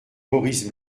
maurice